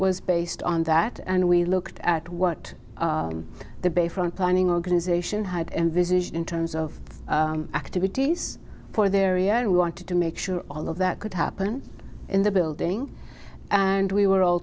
was based on that and we looked at what the bayfront planning organization had envisaged in terms of activities for their ia and we wanted to make sure all of that could happen in the building and we were all